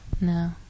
No